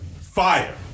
Fire